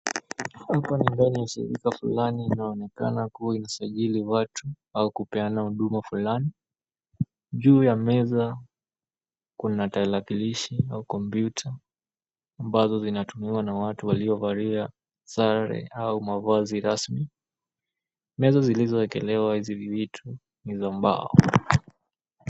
Ofisi fulani inaonekana kuwa inasajili watu au kupeana huduma fulani. Juu ya meza kuna tarakilishi au kompyuta ambazo zinatumiwa na watu walio valia sare au mavazi rasmi. Meza zilizowekelewa hizi vitu ni za mbao.